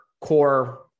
core